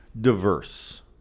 diverse